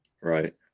right